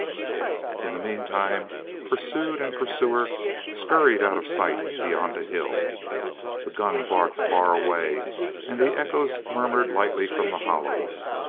in the meantime pursued and pursuer scurried out of sight beyond a hill the gun barked far away and the echoes murmured lightly from the hollows.